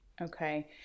Okay